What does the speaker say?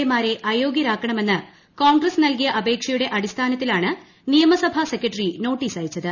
A മാരെ അയോഗ്യരാക്കണമെന്നു് കോൺഗ്രസ് നല്കിയ അപേക്ഷയുടെ അടിസ്മാന്ത്തിലാണ് നിയമസഭ സെക്രട്ടറി നോട്ടീസ് അയച്ചത്